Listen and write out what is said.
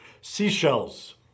seashells